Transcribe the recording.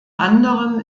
anderem